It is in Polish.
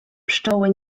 pszczoły